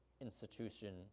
institution